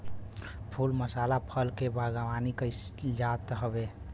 फूल मसाला फल के बागवानी कईल जात हवे